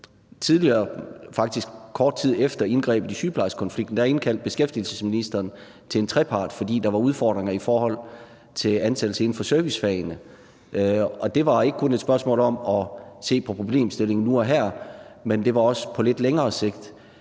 indkaldte – faktisk kort tid efter indgrebet i sygeplejerskekonflikten – til et trepartsmøde, fordi der var udfordringer i forhold til ansættelser inden for servicefagene. Det var ikke kun et spørgsmål om at se på problemstillingen nu og her, men også på lidt længere sigt.